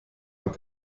hat